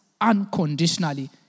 unconditionally